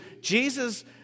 Jesus